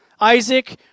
Isaac